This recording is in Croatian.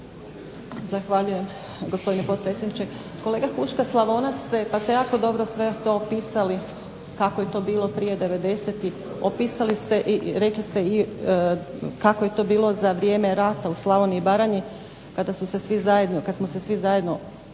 Zahvaljujem gospodine potpredsjedniče. Kolega Huška slavonac ste pa ste jako dobro to opisali kako je to bilo prije 90. opisali ste i rekli ste kako je to bilo za vrijeme rata u Slavoniji i Baranji, kada su se svi zajedno složili